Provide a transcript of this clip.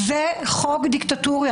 זה חוק דיקטטורי.